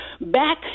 Back